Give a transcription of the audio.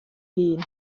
hun